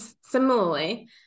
similarly